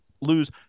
lose